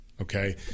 okay